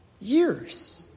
years